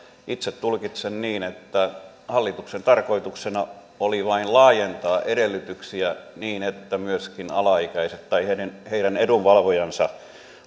itse tulkitsen niin että hallituksen tarkoituksena oli vain laajentaa edellytyksiä niin että myöskin alaikäiset tai heidän edunvalvojansa